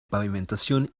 pavimentación